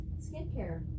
skincare